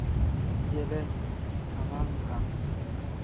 challenge ᱥᱟᱢᱟᱝ ᱟᱠᱟᱱ